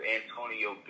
Antonio